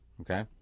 Okay